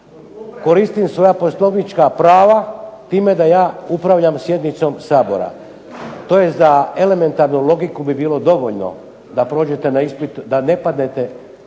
koristim svoja poslovnička prava time da ja upravljam sjednicom Sabora. To je za elementarnu logiku bi bilo dovoljno da ne padnete na